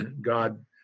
God